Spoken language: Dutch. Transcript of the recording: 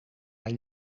haar